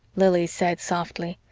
lili said softly,